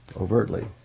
Overtly